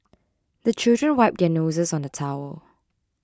the children wipe their noses on the towel